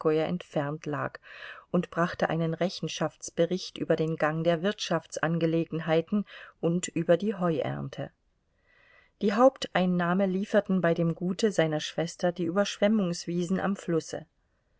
entfernt lag und brachte einen rechenschaftsbericht über den gang der wirtschaftsangelegenheiten und über die heuernte die haupteinnahme lieferten bei dem gute seiner schwester die überschwemmungswiesen am flusse